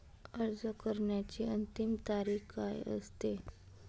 अर्ज करण्याची अंतिम तारीख काय असते?